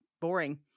boring